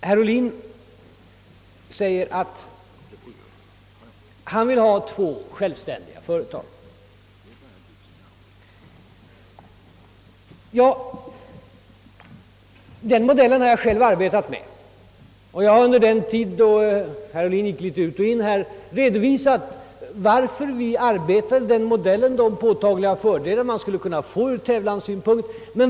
Herr Ohlin säger att han vill ha två självständiga företag. Den modellen har jag själv arbetat med, och jag har tidigare i dag, då herr Ohlin gick ut och in i kammaren, redovisat de fördelar vi funnit förenade med två självständiga företag men också skälen till att vi övergav denna tanke.